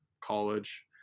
college